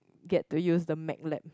get to use the Mac lab